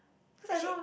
cause I know